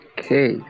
Okay